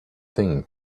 thing